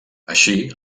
així